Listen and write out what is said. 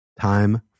Time